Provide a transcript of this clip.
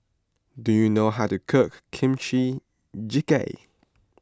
do you know how to cook Kimchi Jjigae